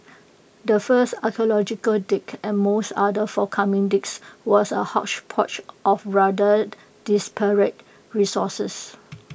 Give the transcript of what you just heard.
the first archaeological dig and most other forthcoming digs was A hodgepodge of rather disparate resources